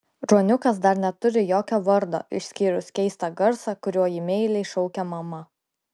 ruoniukas dar neturi jokio vardo išskyrus keistą garsą kuriuo jį meiliai šaukia mama